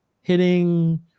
hitting